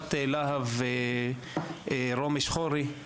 עמותת להב רומי שחורי.